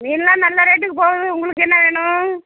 மீனெலாம் நல்ல ரேட்டுக்குப் போகுது உங்களுக்கு என்ன வேணும்